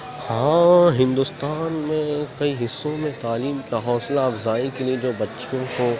ہاں ہندوستان میں کئی حصوں میں تعلیم کا حوصلہ افضائی کے لیے جو بچوں کو